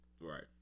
right